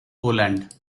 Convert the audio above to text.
poland